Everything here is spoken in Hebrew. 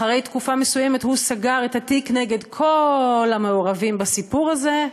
אחרי תקופה מסוימת הוא סגר את התיק נגד כל המעורבים בסיפור הזה,